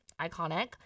iconic